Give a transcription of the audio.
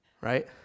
Right